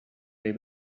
they